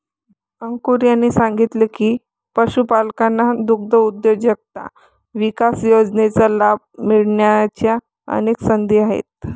अंकुर यांनी सांगितले की, पशुपालकांना दुग्धउद्योजकता विकास योजनेचा लाभ मिळण्याच्या अनेक संधी आहेत